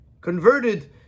Converted